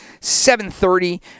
7.30